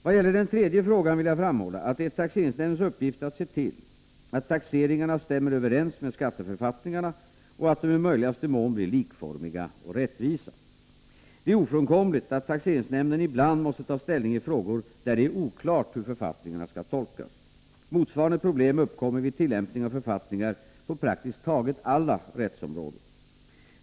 Vad gäller den tredje frågan vill jag framhålla att det är taxeringsnämndens uppgift att se till att taxeringarna stämmer överens med skatteförfattningarna och att de i möjligaste mån blir likformiga och rättvisa. Det är ofrånkomligt att taxeringsnämnden ibland måste ta ställning i frågor där det är oklart hur författningarna skall tolkas. Motsvarande problem uppkommer vid tillämpningen av författningar på praktiskt taget alla rättsområden.